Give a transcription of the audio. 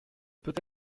peut